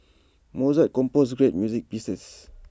Mozart composed great music pieces